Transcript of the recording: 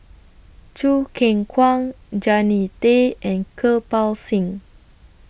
Choo Keng Kwang Jannie Tay and Kirpal Singh